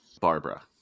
Barbara